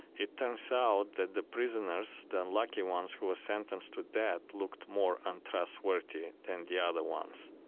it turns out that the prisoners, the unlucky ones who were sentenced to death, looked more untrustworthy than the other ones.